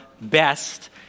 best